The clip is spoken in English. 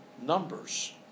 numbers